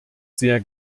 sehr